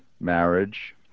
marriage